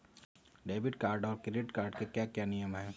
Debit card और credit card के क्या क्या नियम हैं?